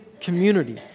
community